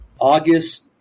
August